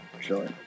Sure